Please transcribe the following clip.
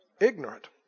Ignorant